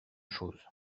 chose